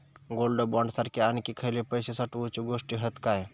Gold bond सारखे आणखी खयले पैशे साठवूचे गोष्टी हत काय?